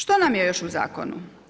Što nam je još u zakonu?